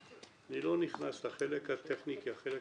אני לא נכנס לחלק הטכני, כי החלק הטכני